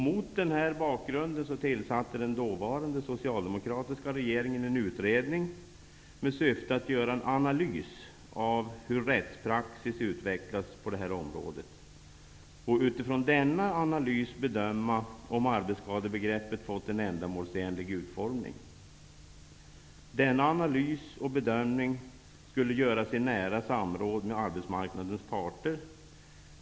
Mot denna bakgrund tillsatte den dåvarande socialdemokratiska regeringen en utredning, med syfte att göra en analys av hur rättspraxis utvecklas på det här området och utifrån denna analys bedöma om arbetsskadebegreppet fått en ändamålsenlig utformning. Denna analys och bedömning skulle göras i nära samråd med arbetsmarknadens parter.